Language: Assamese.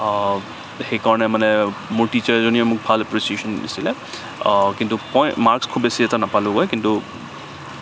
সেইকাৰণে মানে মোৰ টিছাৰজনীয়ে মোক ভাল এপ্ৰিচিয়েচন দিছিলে কিন্তু মই মাৰ্কছ খুব বেছি এটা নেপালোগৈ কিন্তু